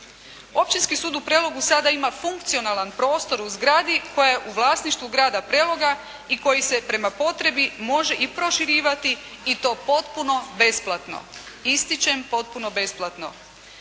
Općinski sud u Prelogu sada ima funkcionalan prostor u zgradi koja je u vlasništvu grada Preloga i koji se prema potrebi može i proširivati i to potpuno besplatno. Ističem, potpuno besplatno.